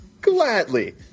Gladly